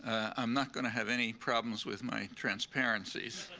i'm not going to have any problems with my transparencies,